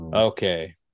Okay